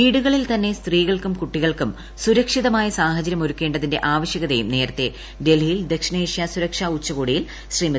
വീടുകളിൽ തന്നെ സ്ത്രീകൾക്കും കുട്ടികൾക്കും പ്രുർക്ഷിതമായ സാഹചര്യം ഒരുക്കേണ്ടതിന്റെ ആവശ്യക്തയും നേരത്തെ ഡൽഹിയിൽ ദക്ഷിണേഷ്യ സുരക്ഷ ഉച്ചകോടിയിൽ ശ്രീമതി